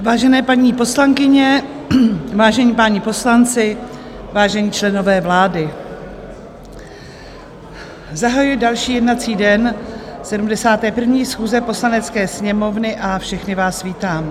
Vážené paní poslankyně, vážení páni poslanci, vážení členové vlády, zahajuji další jednací den 71. schůze Poslanecké sněmovny a všechny vás vítám.